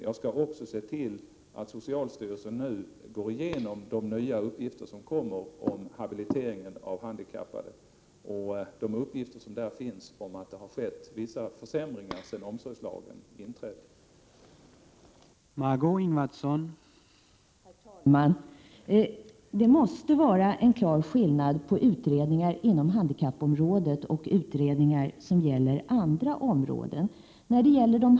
Jag skall också se till att socialstyrelsen nu går igenom de nya uppgifter som kommer fram om habiliteringen av handikappade, uppgifter som visar att det skett vissa försämringar sedan omsorgslagen trädde i kraft.